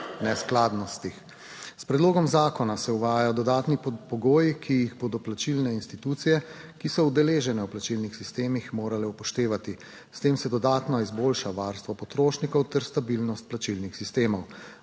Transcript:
S predlogom zakona se uvajajo dodatni pogoji, ki jih bodo plačilne institucije, ki so udeležene v plačilnih sistemih, morale upoštevati. S tem se dodatno izboljša varstvo potrošnikov ter stabilnost plačilnih sistemov.